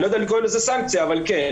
אני לא יודע אם לקרוא לזה סנקציה אבל כן,